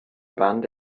band